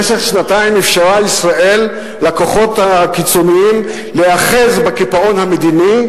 במשך שנתיים אפשרה ישראל לכוחות הקיצוניים להיאחז בקיפאון המדיני,